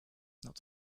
not